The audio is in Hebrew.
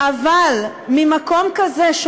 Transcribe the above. אבל ממקום כזה,